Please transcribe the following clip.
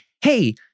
hey